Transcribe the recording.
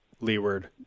leeward